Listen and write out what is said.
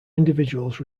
individuals